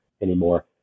anymore